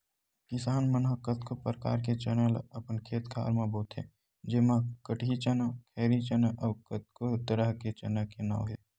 किसान मन ह कतको परकार के चना ल अपन खेत खार म बोथे जेमा कटही चना, खैरी चना अउ कतको तरह के चना के नांव हे